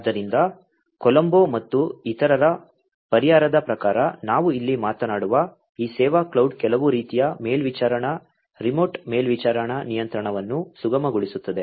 ಆದ್ದರಿಂದ ಕೊಲಂಬೊ ಮತ್ತು ಇತರರ ಪರಿಹಾರದ ಪ್ರಕಾರ ನಾವು ಇಲ್ಲಿ ಮಾತನಾಡುವ ಈ ಸೇವಾ ಕ್ಲೌಡ್ ಕೆಲವು ರೀತಿಯ ಮೇಲ್ವಿಚಾರಣಾ ರಿಮೋಟ್ ಮೇಲ್ವಿಚಾರಣಾ ನಿಯಂತ್ರಣವನ್ನು ಸುಗಮಗೊಳಿಸುತ್ತದೆ